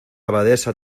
abadesa